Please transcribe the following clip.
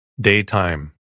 Daytime